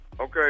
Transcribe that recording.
Okay